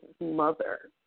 mother